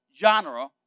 genre